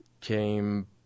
came